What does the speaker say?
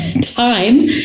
time